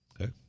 okay